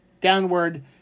downward